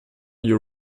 your